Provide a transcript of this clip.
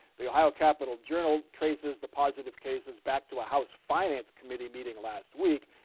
the ohio capital journal traces the positive cases back to a house finance committee meeting last week,